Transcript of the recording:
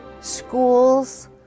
schools